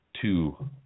Two